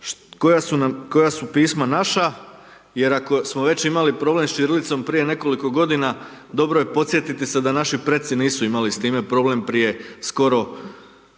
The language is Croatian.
koja su pisma naša jer ako smo već imali problem sa ćirilicom prije nekoliko godina, dobro je podsjetiti se da naši preci nisu imali s time problem prije skoro